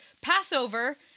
Passover—